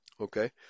Okay